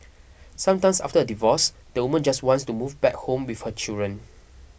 sometimes after a divorce the woman just wants to move back home with her children